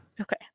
Okay